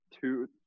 two